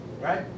Right